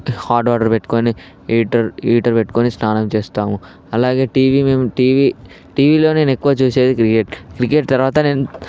hot water పెట్టుకోని heater heater పెట్టుకోని స్నానం చేస్తాము అలాగే టీవీ మేము టీవీ టీవీలో నేను ఎక్కువ చూసేది క్రికెట్ క్రికెట్ తరువాత నేను